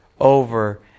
over